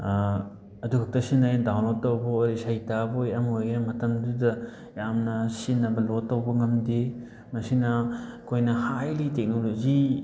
ꯑꯗꯨ ꯈꯛꯇ ꯁꯤꯖꯤꯟꯅꯩ ꯗꯥꯎꯟꯂꯣꯗ ꯇꯧꯕ ꯑꯣꯏ ꯏꯁꯩ ꯇꯥꯕ ꯑꯣꯏ ꯑꯃ ꯑꯣꯏꯒꯦꯔꯥ ꯃꯇꯝꯗꯨꯗ ꯌꯥꯝꯅ ꯁꯤꯖꯤꯟꯅꯕ ꯂꯣꯗ ꯇꯧꯕ ꯉꯝꯗꯦ ꯃꯁꯤꯅ ꯑꯩꯈꯣꯏꯅ ꯍꯥꯏꯂꯤ ꯇꯦꯛꯅꯣꯂꯣꯖꯤ